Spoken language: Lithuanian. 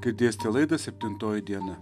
girdėsite laidą septintoji diena